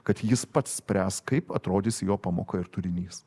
kad jis pats spręs kaip atrodys jo pamoka ir turinys